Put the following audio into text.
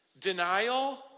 denial